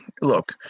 look –